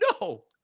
no